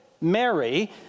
Mary